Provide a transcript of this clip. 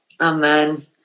Amen